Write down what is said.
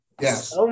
Yes